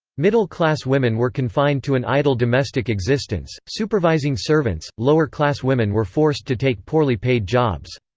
middle-class women were confined to an idle domestic existence, supervising servants lower-class women were forced to take poorly paid jobs.